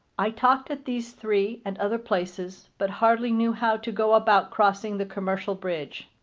i talked at these three and other places, but hardly knew how to go about crossing the commercial bridge.